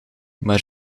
maar